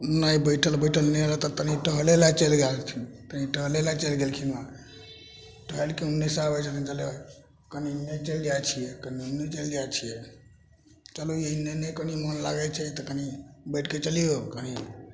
ओनाहि बैठल बैठल नहि होत तऽ तनि टहलैलए चलि गेलथिन तऽ टहलैलए चलि गेलखिन हन टहलिकऽ एन्नेसे अबै छथिन तऽ कनि ओन्ने चलि जाइ छिए कनि ओन्ने चलि जाइ छिए चलू एन्ने ओन्ने कनि मोन लागै छै तऽ कनि बैठिके चलिऔ कनि